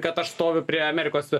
kad aš stoviu prie amerikos